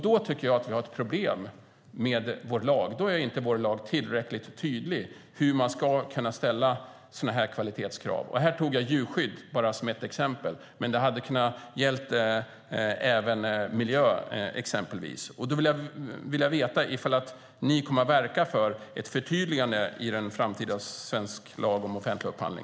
Då tycker jag att vi har ett problem med vår lagstiftning. Då är inte vår lagstiftning tillräckligt tydlig om hur man kan ställa sådana kvalitetskrav. Här tog jag djurskydd bara som ett exempel. Det hade kunnat gälla även miljö exempelvis. Jag vill veta ifall ni kommer att verka för ett förtydligande i den framtida svenska lagen om offentlig upphandling.